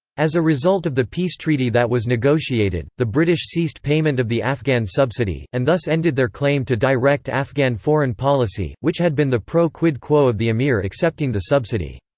as a result of the peace treaty that was negotiated, the british ceased payment of the afghan subsidy, and thus ended their claim to direct afghan foreign policy, which had been the pro quid quo of the emir accepting the subsidy.